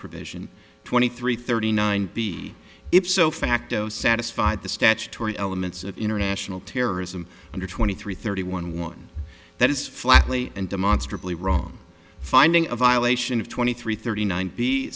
provision twenty three thirty nine b if so facto satisfied the statutory elements of international terrorism under twenty three thirty one one that is flatly and demonstrably wrong finding a violation of twenty three thirty nine be